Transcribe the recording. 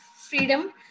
freedom